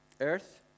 Earth